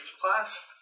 class